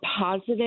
positive